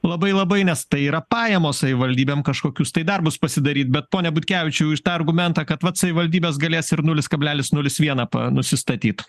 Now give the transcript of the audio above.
labai labai nes tai yra pajamos savivaldybėm kažkokius tai darbus pasidaryt bet pone butkevičiau jūs tą argumentą kad vat savivaldybės galės ir nulis nulis kablelis vieną pa nusistatyt